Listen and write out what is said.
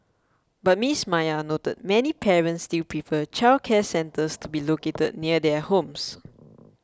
but Miss Maya noted many parents still prefer childcare centres to be located near their homes